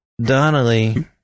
Donnelly